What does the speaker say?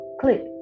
click